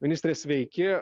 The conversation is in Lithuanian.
ministre sveiki